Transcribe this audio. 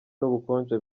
n’ubukonje